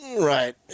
right